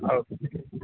ओ